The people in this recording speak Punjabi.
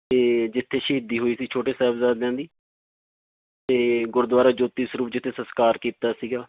ਅਤੇ ਜਿੱਥੇ ਸ਼ਹੀਦੀ ਹੋਈ ਸੀ ਛੋਟੇ ਸਾਹਿਬਜ਼ਾਦਿਆਂ ਦੀ ਅਤੇ ਗੁਰਦੁਆਰਾ ਜੋਤੀ ਸਰੂਪ ਜਿੱਥੇ ਸਸਕਾਰ ਕੀਤਾ ਸੀਗਾ